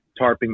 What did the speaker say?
tarping